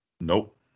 Nope